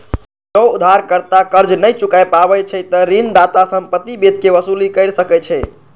जौं उधारकर्ता कर्ज नै चुकाय पाबै छै, ते ऋणदाता संपत्ति बेच कें वसूली कैर सकै छै